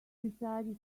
decided